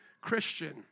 Christian